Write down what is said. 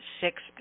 six